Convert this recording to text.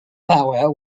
power